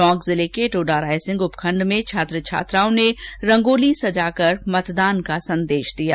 talk जिले के टोडारायसिंह उपखंड में छात्र छात्राओं ने रंगोली सजाकर मतदान करने का संदेश दिया गया